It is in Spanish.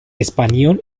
espanyol